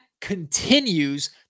continues